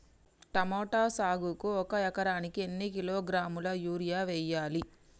Tomato సాగుకు ఒక ఎకరానికి ఎన్ని కిలోగ్రాముల యూరియా వెయ్యాలి?